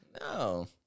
No